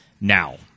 now